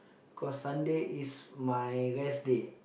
cause Sunday is my rest day